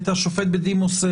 את השופט בדימוס,